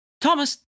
Thomas